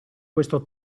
questo